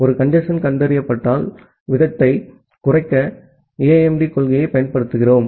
ஒரு கஞ்சேஸ்ன் கண்டறியப்பட்டால் அது வீதத்தைக் குறைக்க AIMD கொள்கையைப் பயன்படுத்துகிறோம்